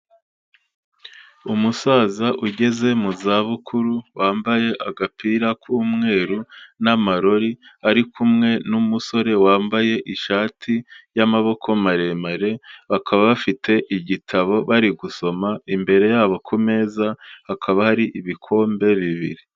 Umusaza ugeze mu zabukuru, wambaye agapira k'umweru n'amarori, ari kumwe n'umusore wambaye ishati y'amaboko maremare, bakaba bafite igitabo bari gusoma, imbere yabo ku meza hakaba hari ibikombe bibiri.